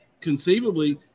conceivably